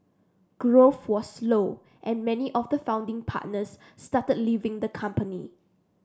growth was slow and many of the founding partners started leaving the company